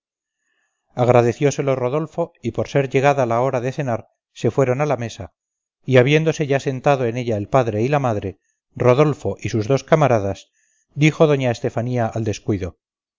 agradecióselo rodolfo y por ser llegada la hora de cenar se fueron a la mesa y habiéndose ya sentado a ella el padre y la madre rodolfo y sus dos camaradas dijo doña estefanía al descuido